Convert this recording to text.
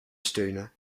steunen